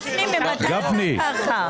גפני, ממתי אתה ככה?